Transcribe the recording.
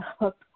up